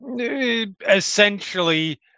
essentially